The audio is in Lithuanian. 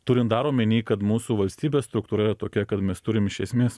turint dar omeny kad mūsų valstybės struktūra yra tokia kad mes turim iš esmės